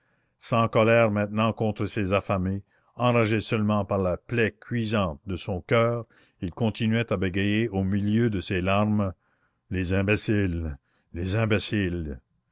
sans colère maintenant contre ces affamés enragé seulement par la plaie cuisante de son coeur il continuait à bégayer au milieu de ses larmes les imbéciles les imbéciles